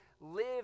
live